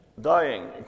dying